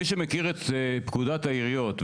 מי שמכיר את פקודת העיריות,